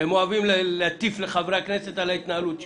אתם אוהבים להטיף לחברי הכנסת על ההתנהלות שלהם.